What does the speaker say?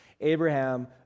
Abraham